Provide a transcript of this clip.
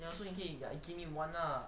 ya so 你可以 like give me one lah